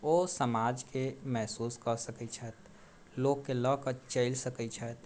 ओ समाजके महसूस कऽ सकैत छथि लोककेँ लऽ कऽ चलि सकैत छथि